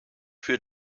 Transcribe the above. für